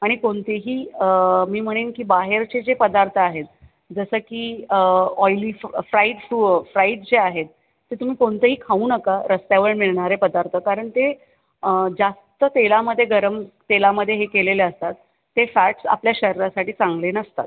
आणि कोणतेही मी म्हणेन की बाहेरचे जे पदार्थ आहेत जसं की ऑईली फ् फ्राइड फू फ्राइड जे आहेत ते तुम्ही कोणतेही खाऊ नका रस्त्यावर मिळणारे पदार्थ कारण ते जास्त तेलामध्ये गरम तेलामध्ये हे केलेले असतात ते फॅट्स आपल्या शरीरासाठी चांगले नसतात